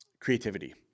creativity